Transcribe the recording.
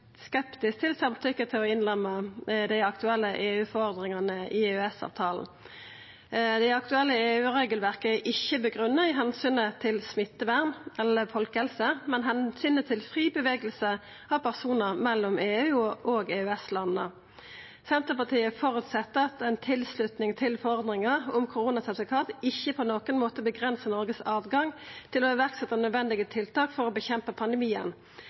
skeptisk til samtykke til å innlemma dei aktuelle EU-forordningane i EØS-avtalen. Det aktuelle EU-regelverket er ikkje grunna i omsynet til smittevern eller folkehelse, men i omsynet til fri bevegelse av personar mellom EU- og EØS-landa. Senterpartiet føreset at ei tilslutning til forordninga om koronasertifikat ikkje på nokon måte avgrensar Noregs tilgang til å setja i verk nødvendige tiltak for å kjempa mot pandemien.